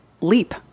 leap